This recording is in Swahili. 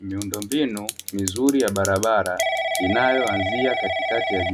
Miundo mbinu vizuri ya barabara inayoanzia katikati ya